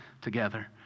together